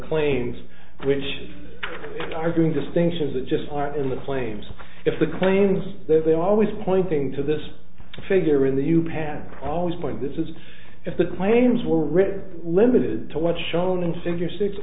claims which are going distinctions that just aren't in the claims if the claims they're always pointing to this figure in the you have always point this is if the claims were written limited to what shown in figure six